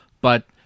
But-